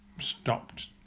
stopped